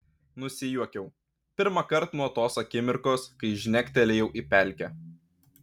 nusijuokiau pirmąkart nuo tos akimirkos kai žnektelėjau į pelkę